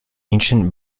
ancient